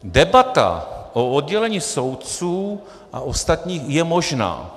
Debata o oddělení soudců a ostatních je možná.